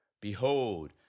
Behold